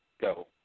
go